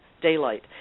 daylight